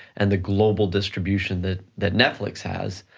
and the global distribution that that netflix has,